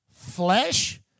Flesh